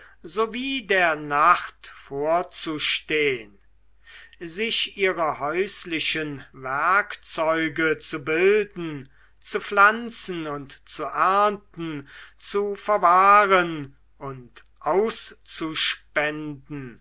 wie der nacht vorzustehn sich ihre häuslichen werkzeuge zu bilden zu pflanzen und zu ernten zu verwahren und auszuspenden